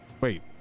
Wait